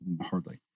Hardly